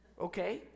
okay